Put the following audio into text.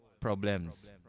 Problems